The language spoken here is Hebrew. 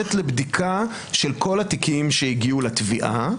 לצאת לבדיקה של כל התיקים שהגיעו לתביעה.